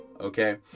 okay